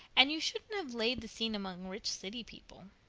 and you shouldn't have laid the scene among rich city people.